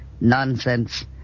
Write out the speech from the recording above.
Nonsense